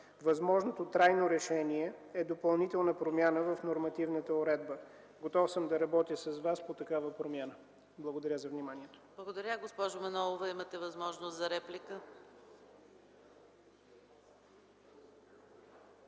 Възможното трайно решение е допълнителна промяна в нормативната уредба. Готов съм да работя с Вас по такава промяна. Благодаря за вниманието. ПРЕДСЕДАТЕЛ ЕКАТЕРИНА МИХАЙЛОВА: Благодаря. Госпожо Манолова, имате възможност за реплика.